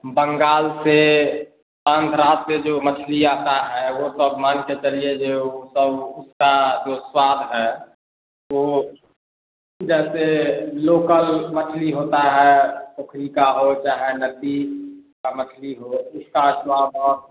बंगाल से आंध्रा से जो मछली आता है वो तो अब मान के चलिए कि वह सब उसका जो स्वाद है तो वह जैसे लोकल मछली होता है पोखरी का हो चाहे नदी का मछली हो इसका स्वाद और